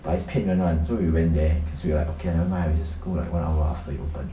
but it's paid rent one so we went there cause we're like okay nevermind ah we just go like one hour after it open